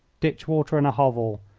ditch-water in a hovel,